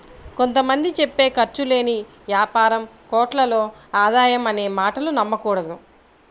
కొంత మంది చెప్పే ఖర్చు లేని యాపారం కోట్లలో ఆదాయం అనే మాటలు నమ్మకూడదు